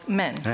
men